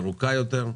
ירוקה יותר,